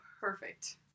Perfect